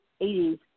80s